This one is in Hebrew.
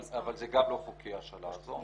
אבל זה גם לא חוקי ההשאלה הזו.